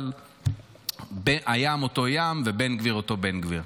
אבל הים אותו ים ובן גביר אותו בן גביר.